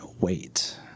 wait